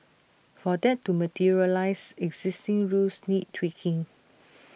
for that to materialise existing rules need tweaking